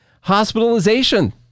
Hospitalization